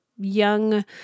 young